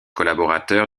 collaborateur